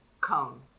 cone